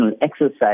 exercise